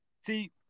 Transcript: See